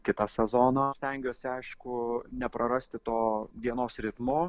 kitą sezoną stengiuosi aišku neprarasti to dienos ritmo